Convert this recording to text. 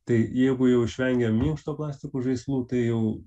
tai jeigu jau išvengiam minkšto plastiko žaislų tai jau